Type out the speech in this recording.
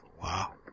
Wow